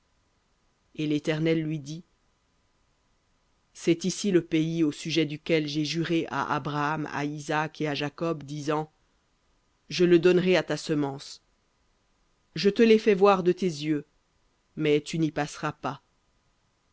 et l'éternel lui dit c'est ici le pays au sujet duquel j'ai juré à abraham à isaac et à jacob disant je le donnerai à ta semence je te l'ai fait voir de tes yeux mais tu n'y passeras pas